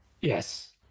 Yes